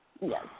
Yes